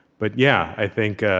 but yeah i think